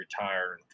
retire